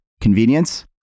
convenience